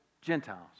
Gentiles